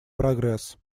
прогресс